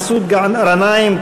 מסעוד גנאים,